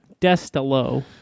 destalo